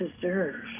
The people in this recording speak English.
deserve